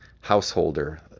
householder